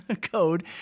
code